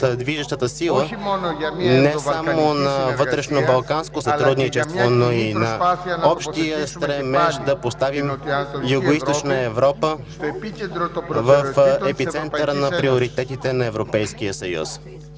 движещата сила не само на вътрешнобалканското сътрудничество, но и на общия ни стремеж да поставим Югоизточна Европа в епицентъра на приоритетите на Европейския съюз.